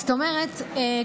זאת אומרת,